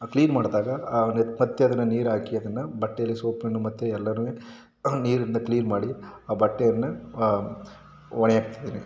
clean ಮಾಡಿದಾಗ ಮತ್ತು ಅದನ್ನು ನೀರು ಹಾಕಿ ಅದನ್ನು ಬಟ್ಟೆಯಲ್ಲಿ ಸೋಪನ್ನು ಮತ್ತು ಎಲ್ಲವೂ ನೀರಿಂದ ಕ್ಲೀನ್ ಮಾಡಿ ಆ ಬಟ್ಟೆಯನ್ನು ಒಣ ಹಾಕ್ತಿದ್ದೀನಿ